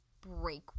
break